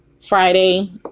Friday